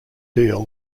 deal